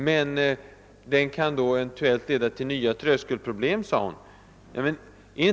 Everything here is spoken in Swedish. Men den ändringen kan eventuellt leda till nya tröskelproblem, sade fru Håvik.